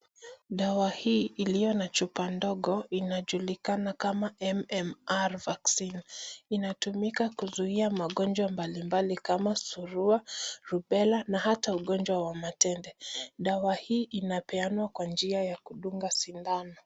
Dawa hii iliyo na chupa ndogo inajulikana kama, MMR vaccine. Inatumika kuzuia magonjwa mbalimbali kama surua, vupela na hata ugonjwa wa matende. Dawa hii inapeanwa kwa njia ya kudunga sindano.